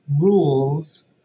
rules